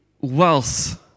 wealth